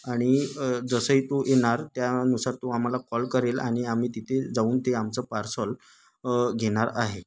आणि जसंही तो येणार त्यानुसार तो आम्हाला कॉल करेल आणि आम्ही तिथे जाऊन ते आमचं पार्सल घेणार आहे